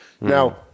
Now